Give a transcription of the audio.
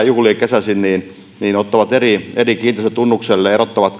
juhlia kesäisin ottavat eri kiinteistötunnukselle ja erottavat